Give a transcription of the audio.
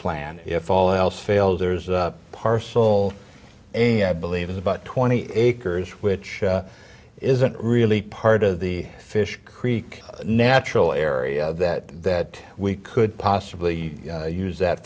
plan if all else fails there's a parcel a i believe is about twenty acres which isn't really part of the fish creek natural area that we could possibly use that